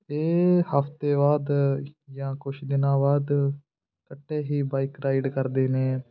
ਇਹ ਹਫਤੇ ਬਾਅਦ ਜਾਂ ਕੁਛ ਦਿਨਾਂ ਬਾਅਦ ਇਕੱਠੇ ਹੀ ਬਾਈਕ ਰਾਈਡ ਕਰਦੇ ਨੇ